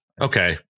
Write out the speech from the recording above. Okay